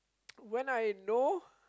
when I know